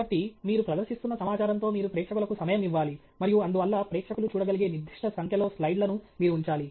కాబట్టి మీరు ప్రదర్శిస్తున్న సమాచారంతో మీరు ప్రేక్షకులకు సమయం ఇవ్వాలి మరియు అందువల్ల ప్రేక్షకులు చూడగలిగే నిర్దిష్ట సంఖ్యలో స్లైడ్లను మీరు ఉంచాలి